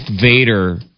Vader